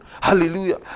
Hallelujah